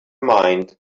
mind